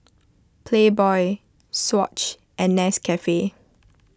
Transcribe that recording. Playboy Swatch and Nescafe